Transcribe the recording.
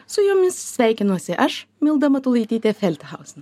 su jumis sveikinuosi aš milda matulaitytė felthauzin